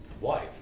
wife